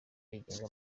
rigenga